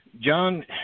John